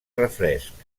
refresc